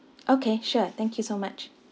okay sure thank you so much